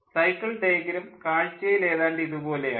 cycle diagram കാഴ്ചയിൽ ഏതാണ്ട് ഇതുപോലെയാണ്